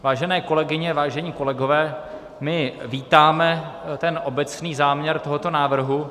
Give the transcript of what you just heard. Vážené kolegyně, vážení kolegové, my vítáme obecný záměr tohoto návrhu.